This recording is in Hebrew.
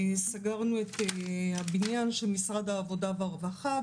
סגרנו את הבניין של משרד העבודה והרווחה.